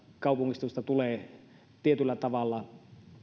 kaupungistumista tulee tietyllä tavalla